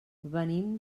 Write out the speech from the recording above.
venim